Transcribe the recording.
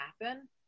happen